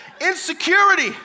Insecurity